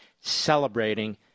celebrating